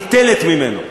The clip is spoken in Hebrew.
ניטלת ממנו.